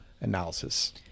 analysis